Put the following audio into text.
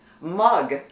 Mug